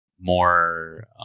more